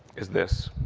is this.